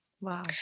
Wow